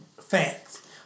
facts